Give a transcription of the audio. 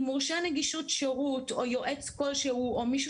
אם מורשה נגישות שירות או יועץ כלשהו או מישהו